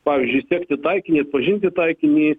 pavyzdžiui sekti taikinį atpažinti taikinį